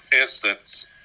instance